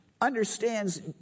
understands